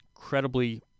Incredibly